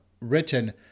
written